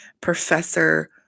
Professor